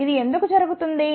ఇది ఎందుకు జరుగుతుంది